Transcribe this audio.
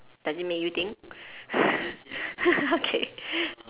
does it make you think okay